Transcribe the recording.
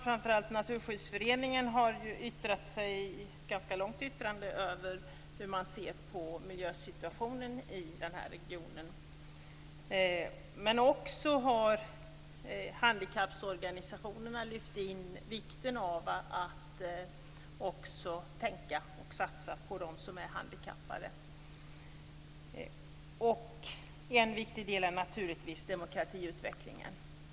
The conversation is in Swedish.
Framför allt Naturskyddsföreningen har ju haft ett ganska långt yttrande över hur man ser på miljösituationen i den här regionen. Vidare har handikapporganisationerna lyft fram vikten av att också tänka och satsa på dem som är handikappade. En viktig del är naturligtvis demokratiutvecklingen.